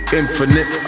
infinite